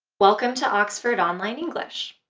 welcome to oxford online english!